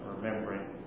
remembering